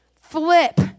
flip